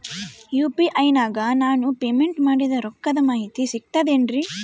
UPI ನಾಗ ನಾನು payment ಮಾಡಿದ ರೊಕ್ಕದ ಮಾಹಿತಿ ಸಿಕ್ತದೆ ಏನ್ರಿ?